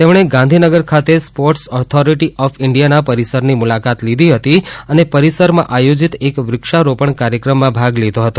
તેમણે ગાંધીનગર ખાતે sports authority of ઇન્ડિયાના પરિસરની મુલાકાત લીધી હતી અને પરિસરમાં આયોજિત એક વૃક્ષારોપણ કાર્યક્રમમાં ભાગ લીધો હતો